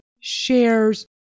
shares